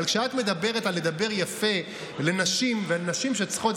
אבל כשאת מדברת על לדבר יפה לנשים ונשים שצריכות,